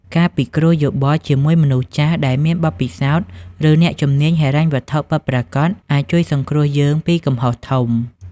ការពិគ្រោះយោបល់ជាមួយមនុស្សចាស់ដែលមានបទពិសោធន៍ ឬអ្នកជំនាញហិរញ្ញវត្ថុពិតប្រាកដ អាចជួយសង្គ្រោះយើងពីកំហុសធំ។